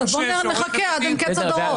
אז בואו נחכה עד אין קץ הדורות.